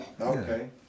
Okay